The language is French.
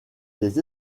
des